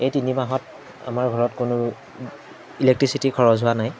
এই তিনি মাহত আমাৰ ঘৰত কোনো ইলেক্ট্ৰিচিটিৰ খৰচ হোৱা নাই